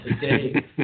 today